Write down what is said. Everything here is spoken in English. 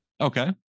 okay